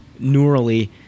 neurally